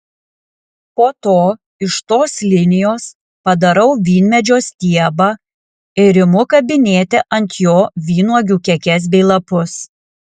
po to iš tos linijos padarau vynmedžio stiebą ir imu kabinėti ant jo vynuogių kekes bei lapus